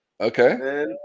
Okay